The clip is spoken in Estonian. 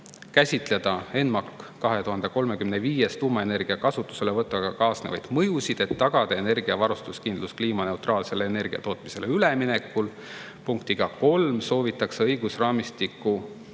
käsitleda ENMAK 2035-s tuumaenergia kasutuselevõtuga kaasnevaid mõjusid, et tagada energiavarustuskindlus kliimaneutraalsele energiatootmisele üleminekul. Punktiga 3 soovitakse õigusraamistiku